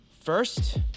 First